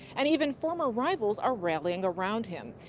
and even former rivals are rallying around him.